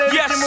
Yes